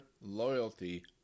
loyalty